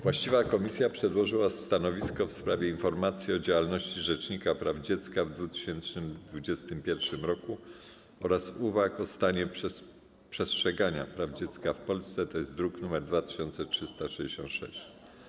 Właściwa komisja przedłożyła stanowisko w sprawie informacji o działalności rzecznika praw dziecka w 2021 r. oraz uwag o stanie przestrzegania praw dziecka w Polsce, druk nr 2366.